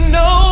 no